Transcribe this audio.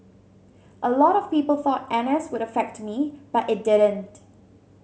a lot of people thought N S would affect me but it didn't